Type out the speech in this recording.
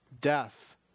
death